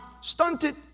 stunted